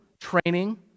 training